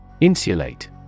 Insulate